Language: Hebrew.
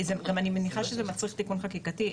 גם אני מניחה שזה מצריך תיקון חקיקתי,